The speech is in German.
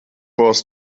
boss